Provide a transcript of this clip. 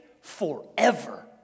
forever